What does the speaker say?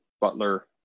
Butler